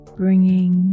bringing